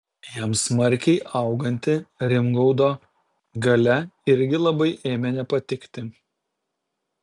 jam smarkiai auganti rimgaudo galia irgi labai ėmė nepatikti